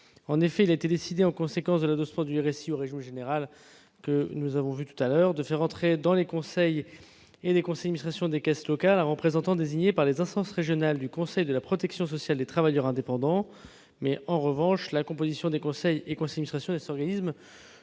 En effet, en conséquence de l'adossement du RSI au régime général, il a été décidé de faire entrer, dans les conseils et conseils d'administration des caisses locales, un représentant désigné par les instances régionales du conseil de la protection sociale des travailleurs indépendants. La composition des conseils et conseils d'administration de ces organismes